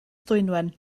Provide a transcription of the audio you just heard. dwynwen